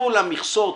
ביטול המכסות,